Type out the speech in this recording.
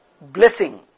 blessing